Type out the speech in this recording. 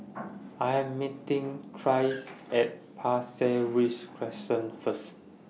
I Am meeting Tyrek At Pasir Ris Crest First